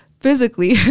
physically